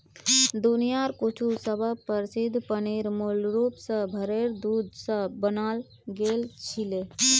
दुनियार कुछु सबस प्रसिद्ध पनीर मूल रूप स भेरेर दूध स बनाल गेल छिले